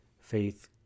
Faith